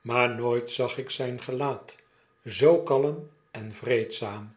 maar nooit zag ik zyn gelaat zoo kalm en vreedzaam